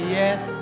yes